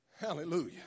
Hallelujah